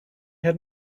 had